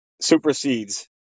supersedes